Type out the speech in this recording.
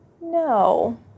no